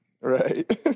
Right